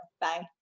Bye